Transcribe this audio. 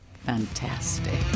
fantastic